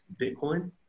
Bitcoin